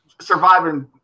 surviving